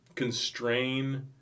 constrain